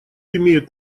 имеют